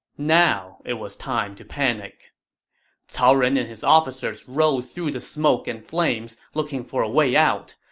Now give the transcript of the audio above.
now, it was time to panic cao ren and his officers rode through the smoke and flames, looking for a way out.